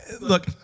Look